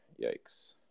Yikes